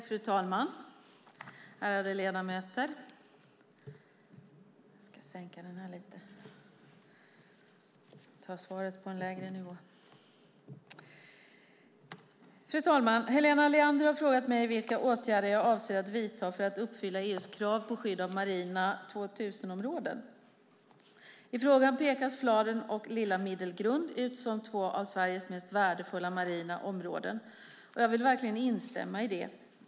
Fru talman, ärade ledamöter! Helena Leander har frågat mig vilka åtgärder jag avser att vidta för att uppfylla EU:s krav på skydd av marina Natura 2000-områden. I frågan pekas Fladen och Lilla Middelgrund ut som två av Sveriges mest värdefulla marina områden. Jag vill verkligen instämma i det.